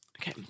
Okay